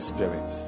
Spirit